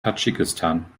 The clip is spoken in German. tadschikistan